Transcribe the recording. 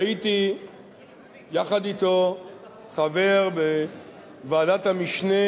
שהייתי יחד אתו חבר בוועדת המשנה